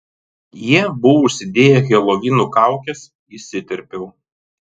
jie buvo užsidėję helovino kaukes įsiterpiau